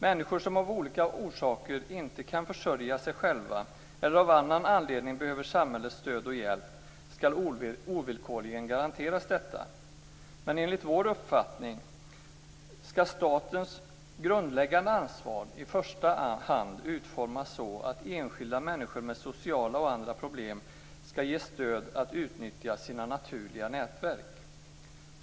Människor som av olika orsaker inte kan försörja sig själva eller av annan anledning behöver samhällets stöd och hjälp skall ovillkorligen garanteras detta. Men enligt vår uppfattning skall statens grundläggande ansvar i första hand utformas så att enskilda människor med sociala och andra problem skall ges stöd att utnyttja sina naturliga nätverk.